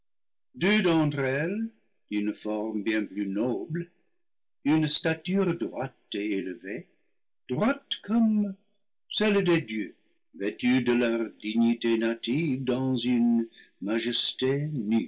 d'entre elles d'une forme bien plus noble d'une stature droite et élevée droite comme celle des dieux vêtues de leur dignité native dans une majesté